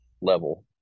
level